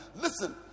Listen